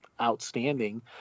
outstanding